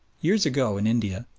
years ago, in india,